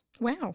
Wow